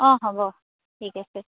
অঁ হ'ব ঠিক আছে